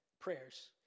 prayers